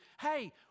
hey